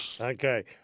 Okay